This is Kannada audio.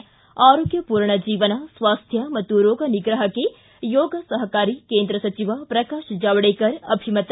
ಿ ಆರೋಗ್ಯಪೂರ್ಣ ಜೀವನ ಸ್ವಾಸ್ಥ್ಯ ಮತ್ತು ರೋಗ ನಿಗ್ರಹಕ್ಕೆ ಯೋಗ ಸಹಕಾರಿ ಕೇಂದ್ರ ಸಚಿವ ಪ್ರಕಾಶ್ ಜಾವಡೇಕರ್ ಅಭಿಮತ